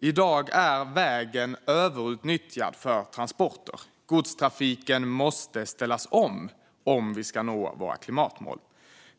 I dag är vägen överutnyttjad för transporter. Godstrafiken måste ställas om för att vi ska nå våra klimatmål.